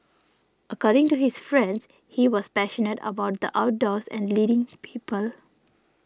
according to his friends he was passionate about the outdoors and leading people